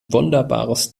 wunderbares